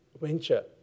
venture